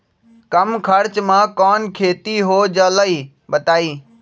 कम खर्च म कौन खेती हो जलई बताई?